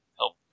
help